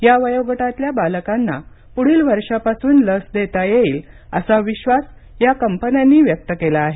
या वयोगटातल्या बालकांना पुढील वर्षापासून लस देता येईल असा विश्वास या कंपन्यांनी व्यक्त केला आहे